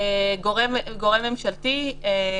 גורם ממשלתי.